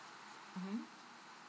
mmhmm